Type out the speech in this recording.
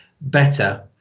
better